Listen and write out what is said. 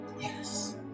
Yes